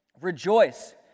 rejoice